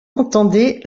entendez